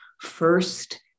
first